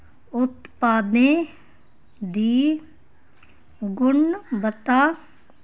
उत्पादें दी गुणवत्ता